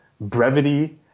brevity